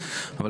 השולחן,